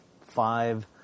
five